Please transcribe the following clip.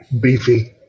Beefy